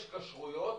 יש כשרויות,